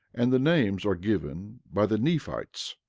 and the names are given by the nephites,